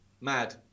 mad